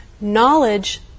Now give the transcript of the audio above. knowledge